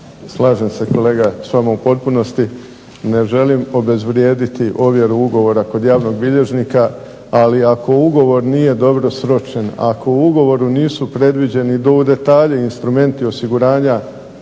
Slažem se kolega s vama u potpunosti, ne želim obezvrijediti ovjeru ugovora kod javnog bilježnika ali ako ugovor nije dobro sročen, ako u ugovoru nisu predviđeni do u detalji instrumenti osiguranja